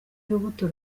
urubuto